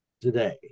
Today